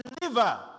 deliver